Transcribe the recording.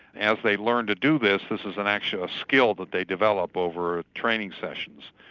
as they learn to do this, this is an actual skill that they develop over training sessions,